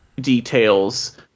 details